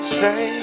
say